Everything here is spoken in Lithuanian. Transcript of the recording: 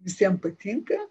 visiem patinka